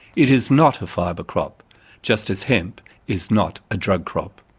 it is not a fibre crop just as hemp is not a drug crop.